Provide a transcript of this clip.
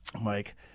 Mike